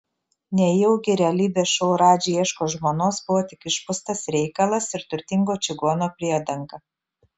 nejaugi realybės šou radži ieško žmonos buvo tik išpūstas reikalas ir turtingo čigono priedanga